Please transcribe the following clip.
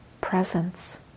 presence